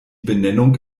benennung